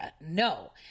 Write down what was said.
No